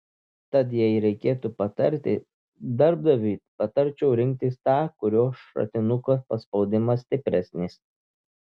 tad jei reikėtų patarti darbdaviui patarčiau rinktis tą kurio šratinuko paspaudimas stipresnis